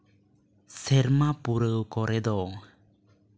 ᱥᱮᱨᱢᱟ ᱯᱩᱨᱟᱹᱣ ᱠᱚᱨᱮ ᱫᱚ